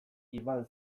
iban